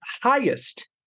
highest